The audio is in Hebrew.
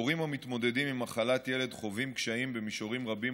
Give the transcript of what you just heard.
הורים המתמודדים עם מחלת ילד חווים קשיים במישורים רבים,